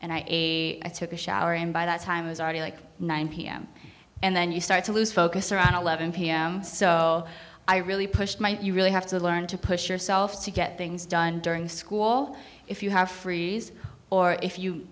and i ate i took a shower and by that time i was already like nine pm and then you start to lose focus around eleven pm so i really pushed my you really have to learn to push yourself to get things done during school if you have freeze or if you